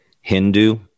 Hindu